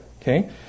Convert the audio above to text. okay